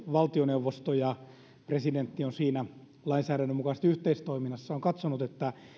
valtioneuvosto ja presidentti siinä lainsäädännön mukaisesti yhteistoiminnassa on katsonut että